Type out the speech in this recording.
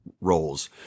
roles